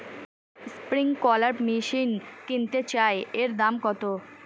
Sprinkler machine কিনতে চাই এর দাম কত?